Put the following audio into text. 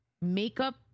makeup